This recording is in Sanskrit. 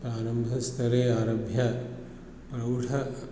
प्रारम्भस्तरे आरभ्य प्रौढ